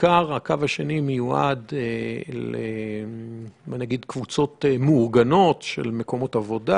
הקו השני מיועד בעיקר לקבוצות במקומות עבודה,